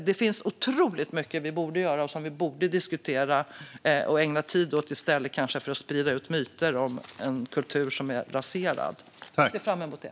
Det finns otroligt mycket som vi borde göra, som vi kanske borde diskutera och ägna tid åt i stället för att sprida myter om en kultur som är raserad. Jag ser fram emot det!